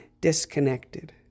disconnected